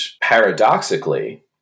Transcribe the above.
paradoxically